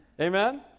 Amen